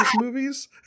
movies